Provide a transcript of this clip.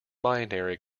binary